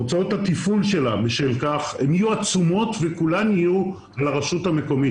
בשל כך הוצאות התפעול שלה יהיו עצומות וכולן יהיו על הרשות המקומית